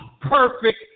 perfect